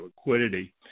liquidity